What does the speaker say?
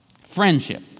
Friendship